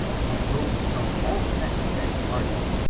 composed of all sects and parties,